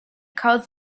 caused